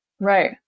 Right